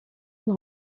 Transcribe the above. elle